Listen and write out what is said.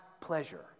pleasure